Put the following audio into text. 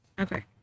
Okay